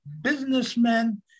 businessmen